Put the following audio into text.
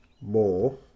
more